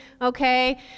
okay